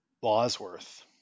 Bosworth